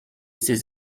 ses